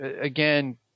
again